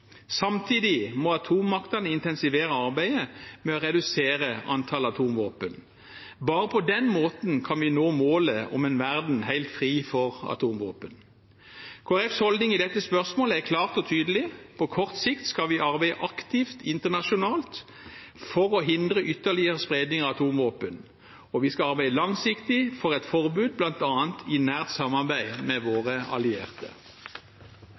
Samtidig må atommaktene intensivere arbeidet med å redusere antall atomvåpen. Bare på den måten kan vi nå målet om en verden helt fri for atomvåpen. Kristelig Folkepartis holdning i dette spørsmålet er klar og tydelig: På kort sikt skal vi arbeide aktivt internasjonalt for å hindre ytterligere spredning av atomvåpen, og vi skal arbeide langsiktig for et forbud, bl.a. i nært samarbeid med våre allierte.